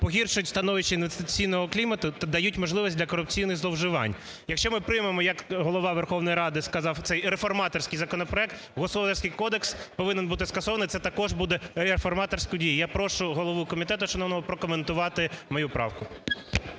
погіршить становище інвестиційного клімату та дають можливість для корупційних зловживань. Якщо ми приймемо, як Голова Верховної Ради сказав, цей реформаторський законопроект, Господарський кодекс повинен бути скасований – це також буде реформаторською дією. Я прошу голову комітету шановного прокоментувати мою правку.